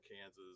Kansas